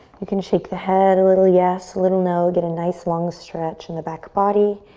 you can shake the head a little yes, a little no. get a nice long stretch in the back body.